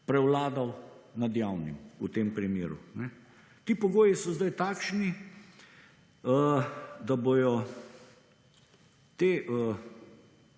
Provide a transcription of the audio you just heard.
prevladal nad javnim v tem primeru. Ti pogoji so zdaj takšni, da bojo ta